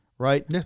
Right